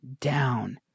down